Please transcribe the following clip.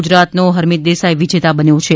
ગુજરાતનોહરમિત દેસાઇ વિજેતા બન્યો છે